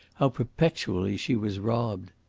how perpetually she was robbed.